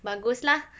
bagus lah